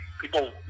People